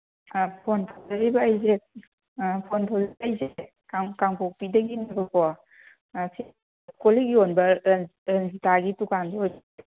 ꯑꯥ phone ꯇꯧꯖꯔꯤꯕ ꯑꯩꯁꯦ phone ꯇꯧꯖꯔꯛꯏꯁꯦ ꯀꯥꯡꯄꯣꯛꯄꯤꯗꯒꯤꯅꯦꯕꯀꯣ ꯀꯣꯜꯂꯤꯛ ꯌꯣꯟꯕ ꯔꯟꯖꯤꯇꯥꯒꯤ ꯗꯨꯀꯥꯟꯗꯨ